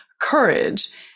courage